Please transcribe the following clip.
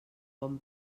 bon